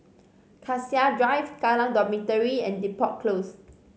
Cassia Drive Kallang Dormitory and Depot Close